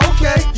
Okay